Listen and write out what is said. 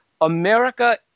America